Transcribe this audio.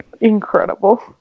incredible